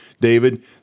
David